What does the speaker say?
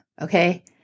okay